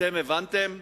אתם הבנתם?